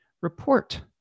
report